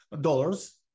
dollars